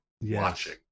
watching